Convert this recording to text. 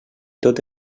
tot